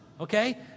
Okay